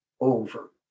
over